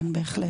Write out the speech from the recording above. כן בהחלט.